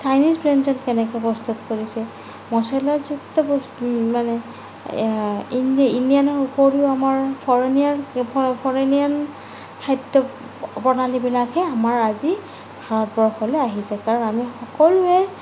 Chinese ব্যঞ্জন কেনেকৈ প্ৰস্তুত কৰিছে মচলাযুক্ত মানে ইণ্ডিয়ানৰ উপৰিও আমাৰ ফৰেনিয়ান খাদ্য প্ৰণালীবিলাকহে আমাৰ আজি ভাৰতবৰ্ষলৈ আহিছে কাৰণ আমি সকলোৱে